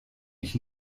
mich